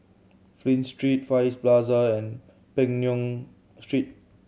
Flint Street Far East Plaza and Peng Nguan Street